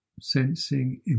sensing